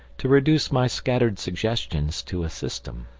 to reduce my scattered suggestions to a system.